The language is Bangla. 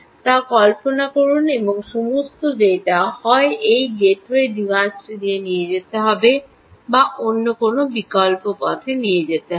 তা কল্পনা করুন এবং সমস্ত ডেটা হয় এই গেটওয়ে ডিভাইসটি দিয়ে যেতে হবে বা অন্য কোনও বিকল্প পথে যেতে হবে